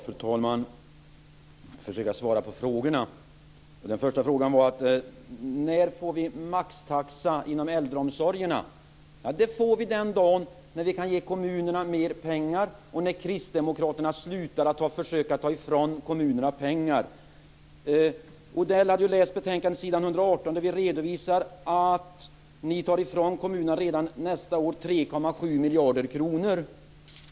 Fru talman! Jag ska försöka svara på frågorna. Den första frågan var: När får vi maxtaxa inom äldreomsorgerna? Det får vi den dag vi kan ge kommunerna mer pengar och när Kristdemokraterna slutar försöka ta ifrån kommunerna pengar. Odell kan läsa s. 118 i betänkandet, där vi redovisar att ni redan nästa år tar ifrån kommunerna 3,7 miljarder kronor.